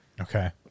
Okay